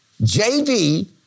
JV